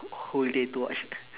whole day to watch